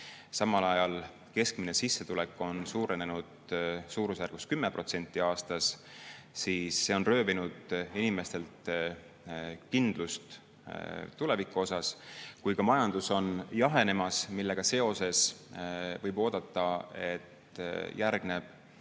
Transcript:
samal ajal keskmine sissetulek on suurenenud suurusjärgus 10% aastas, siis see on röövinud inimestelt kindluse tuleviku ees. Kui majandus on jahenemas ja sellega seoses võib oodata, et järgneb